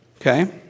Okay